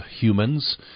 humans